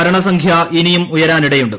മരണസംഖ്യ ഇനിയും ഉയരാനിടയുണ്ട്